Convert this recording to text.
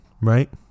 right